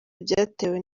byatewe